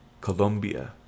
Colombia